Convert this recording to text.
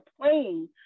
playing